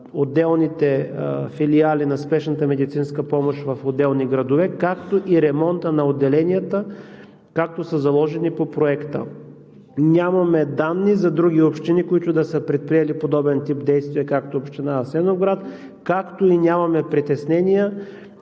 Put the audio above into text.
отделните филиали на спешната медицинска помощ в отделни градове, както и ремонта на отделенията, както са заложени по Проекта. Нямаме данни за други общини, които да са предприели подобен тип действия, както община Асеновград, както и нямаме притеснения,